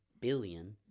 billion